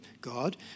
God